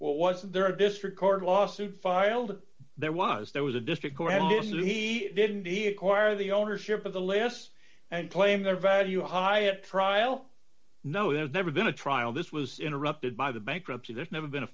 what was there a district court lawsuit filed there was there was a district court he didn't hear a choir the ownership of the last and claim their value highest trial no there's never been a trial this was interrupted by the bankruptcy there's never been